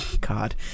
God